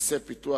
מסי פיתוח,